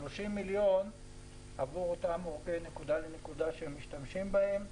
30 מיליון עבור אותם עורקי נקודה לנקודה שהם משתמשים בהם.